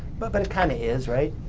but but it kind of is right.